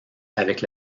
avec